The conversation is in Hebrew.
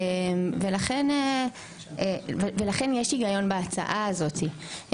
לכן יש היגיון בהצעה הזאת.